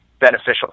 beneficial